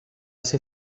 ser